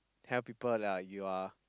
tell people that you are